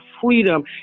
freedom